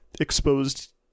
exposed